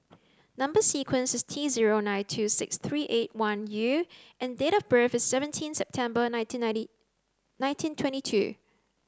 number sequence is T zero nine two six three eight one U and date of birth is seventeen September nineteen ninety nineteen twenty two